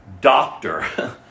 doctor